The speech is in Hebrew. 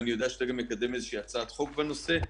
אני יודע שאתה גם מקדם הצעת חוק בנושא.